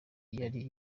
yari